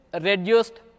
reduced